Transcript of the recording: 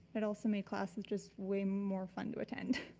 it also make classes just way more fun to attend.